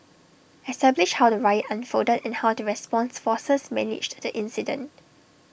establish how the riot unfolded and how the response forces managed the incident